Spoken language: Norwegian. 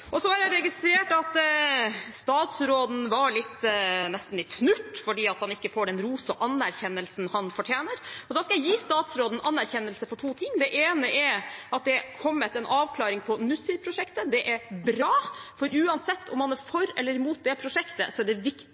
Så har jeg registrert at statsråden var nesten litt snurt fordi han ikke får den ros og anerkjennelse han fortjener, og da skal jeg gi statsråden anerkjennelse for to ting: Det ene er at det er kommet en avklaring på Nussir-prosjektet, og det er bra, for uansett om man er for eller imot det prosjektet, er det